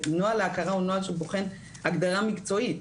נוהל ההכרה הוא נוהל שבוחן הגדרה מקצועית.